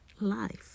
life